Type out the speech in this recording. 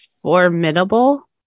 formidable